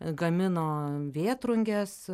gamino vėtrunges